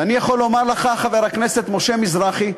ואני יכול לומר לך, חבר הכנסת משה מזרחי,